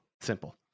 Simple